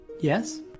Yes